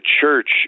church